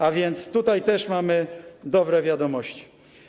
A wiec tutaj też mamy dobre wiadomości.